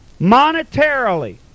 monetarily